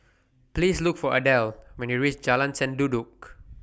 Please Look For Adel when YOU REACH Jalan Sendudok